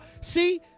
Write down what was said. See